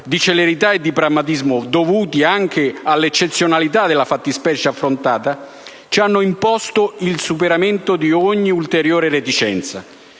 di celerità e di pragmatismo dovuti anche all'eccezionalità della fattispecie affrontata ci hanno imposto il superamento di ogni ulteriore reticenza.